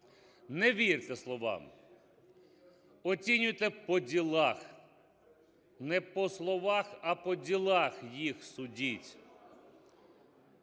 Не вірте словам, оцінюйте по ділах, не по словах, а по ділах їх судіть.